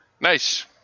Nice